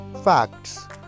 Facts